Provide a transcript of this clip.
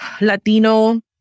Latino